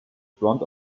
front